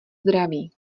zdraví